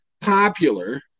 popular